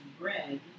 bread